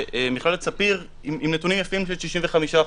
שמכללת ספיר עם נתונים יפים של 65%,